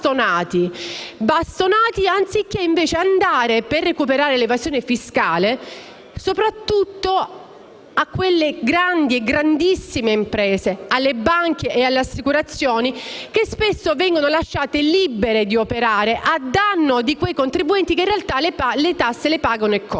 bastonati, anziché andare a recuperare l'evasione fiscale soprattutto delle grandi e grandissime imprese, delle banche e delle assicurazioni che spesso vengono lasciate libere di operare a danno di quei contribuenti che in realtà le tasse le pagano eccome.